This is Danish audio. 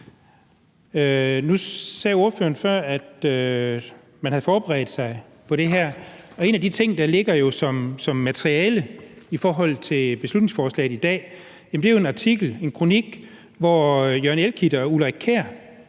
Nu sagde ordføreren før, at man havde forberedt sig på det her, og en af de ting, der ligger som materiale i forhold til beslutningsforslaget i dag, er jo en artikel, en kronik, hvor Jørgen Elklit og Ulrik Kjær